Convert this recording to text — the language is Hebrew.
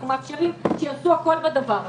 אנחנו מאפשרים שיעשו הכל בדבר הזה.